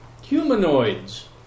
humanoids